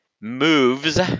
moves